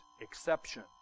exception